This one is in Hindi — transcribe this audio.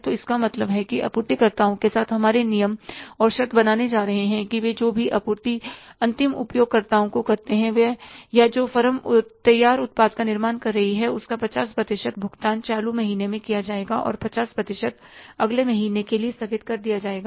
तो इसका मतलब है कि आपूर्तिकर्ताओं के साथ हमारे नियम और शर्त बनाने जा रहे हैं कि वे जो भी आपूर्ति अंतिम उपयोगकर्ता को करते हैं या जो फर्म तैयार उत्पाद का निर्माण कर रही है उसका 50 प्रतिशत भुगतान चालू माह में किया जाएगा और 50 प्रतिशत अगले महीने के लिए स्थगित कर दिया जाएगा